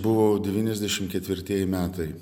buvo devyniasdešim ketvirtieji metai